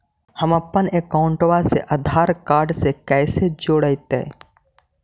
हमपन अकाउँटवा से आधार कार्ड से कइसे जोडैतै?